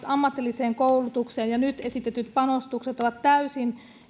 ammatilliseen koulutukseen että nyt esitetyt panostukset ovat täysin